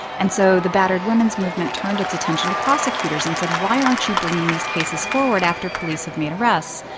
and so the battered women's movement turned its attention to prosecutors and said why aren't you bring these cases forward after police have made arrests?